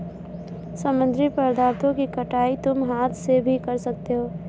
समुद्री पदार्थों की कटाई तुम हाथ से भी कर सकते हो